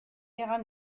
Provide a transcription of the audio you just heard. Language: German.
ihrer